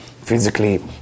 physically